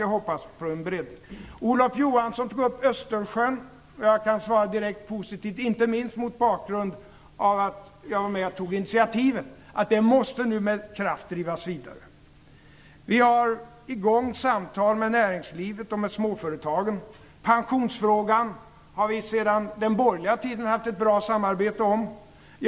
Jag hoppas på en breddning. Olof Johansson tog upp Östersjön. Jag kan direkt svara positivt - inte minst mot bakgrund av att jag var med och tog initiativet - och säga att arbetet nu med kraft måste drivas vidare. Vi har dragit i gång samtal med näringslivet och med småföretagen. Vi har sedan den borgerliga tiden haft ett bra samarbete om pensionsfrågan.